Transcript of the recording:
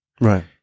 right